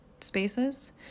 spaces